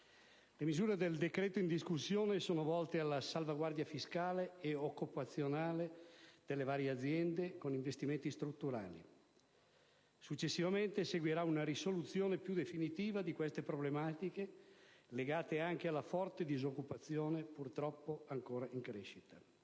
Le misure del decreto in discussione sono volte alla salvaguardia fiscale e occupazionale delle varie aziende, con investimenti strutturali. Successivamente seguirà una risoluzione più definitiva di queste problematiche, legate anche alla forte disoccupazione, purtroppo ancora in crescita.